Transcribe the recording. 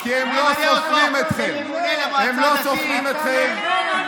ממנה אותו לממונה במועצה הדתית.